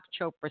Chopra